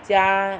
加